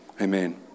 amen